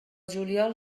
juliol